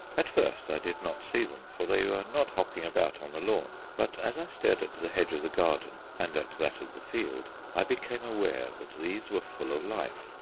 at first i did not see them, for they were not hopping about on the lawn but as i stared at the hedge of the garden, and at that of the field, i became aware that these were full of life.